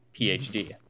phd